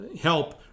Help